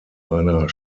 einer